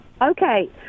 Okay